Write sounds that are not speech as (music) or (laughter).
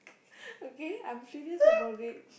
(laughs) okay I'm serious about it